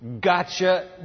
gotcha